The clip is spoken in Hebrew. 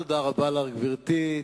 תודה רבה לך, גברתי.